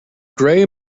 gray